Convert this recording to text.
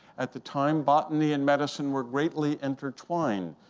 at the time, botany and medicine were greatly intertwined.